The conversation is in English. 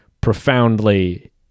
profoundly